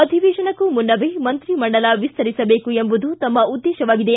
ಅಧಿವೇಶನಕ್ಕೂ ಮುನ್ನವೇ ಮಂತ್ರಿಮಂಡಲ ವಿಸ್ತರಿಸಬೇಕು ಎಂಬುದು ತಮ್ನ ಉದ್ದೇಶವಾಗಿದೆ